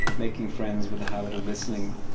making friends with the habit of listening,